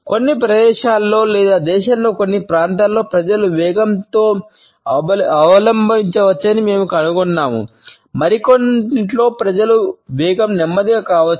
కొన్ని ప్రదేశాలలో లేదా దేశంలోని కొన్ని ప్రాంతాలలో ప్రజలు వేగంతో అవలంబించవచ్చని మేము కనుగొన్నాము మరికొన్నింటిలో ప్రజల వేగం నెమ్మదిగా కావచ్చు